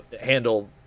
handle